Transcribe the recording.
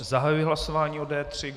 Zahajuji hlasování o D3.